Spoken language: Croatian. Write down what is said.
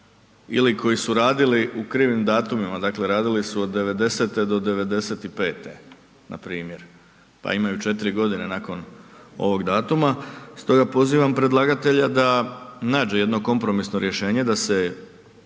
ili koji su radili u krivim datumima, dakle radili su od '90. do '95. na primjer pa imaju četiri godine nakon ovog datuma. Stoga pozivam predlagatelja da nađe jedno kompromisno rješenje da se